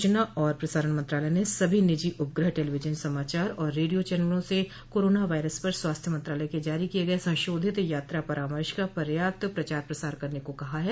सूचना और प्रसारण मंत्रालय ने सभी निजी उपग्रह टेलीविजन समाचार और रेडियो चनलों से कोरोना वायरस पर स्वास्थ्य मंत्रालय के जारी किये गये संशोधित यात्रा परामर्श का पर्याप्त प्रचार प्रसार करने को कहा है